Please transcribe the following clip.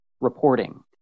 reporting